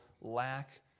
lack